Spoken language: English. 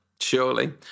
surely